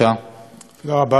תודה רבה, אדוני היושב-ראש.